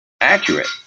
accurate